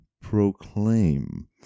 proclaim